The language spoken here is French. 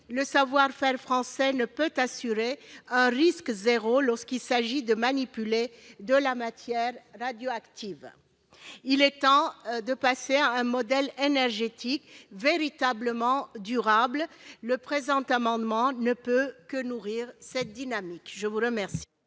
le savoir-faire français ne peut assurer un risque zéro lorsqu'il s'agit de manipuler de la matière radioactive. Il est temps de passer à un modèle énergétique véritablement durable. Le présent amendement ne peut que nourrir cette dynamique. Quel